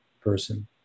person